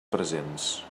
presents